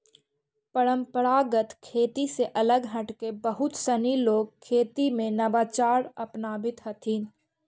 परम्परागत खेती से अलग हटके बहुत सनी लोग खेती में नवाचार अपनावित हथिन